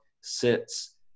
sits